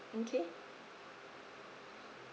okay